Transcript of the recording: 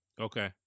Okay